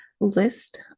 list